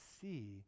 see